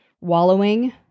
wallowing